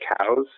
cows